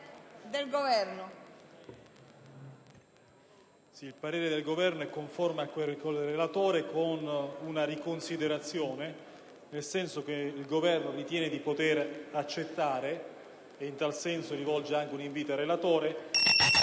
il parere del Governo è conforme a quello del relatore, con una riconsiderazione, nel senso che il Governo ritiene di poter accettare - e in tal senso rivolge anche un invito al relatore